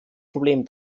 problem